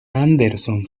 anderson